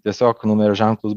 tiesiog numerio ženklus